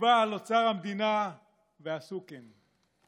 וציווה על אוצר המדינה ועשו כן.